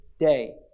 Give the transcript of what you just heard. day